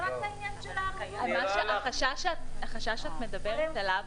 זה רק בעניין ערבות --- החשש שאת מדברת עליו,